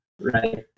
Right